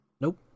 Nope